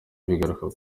bigaruka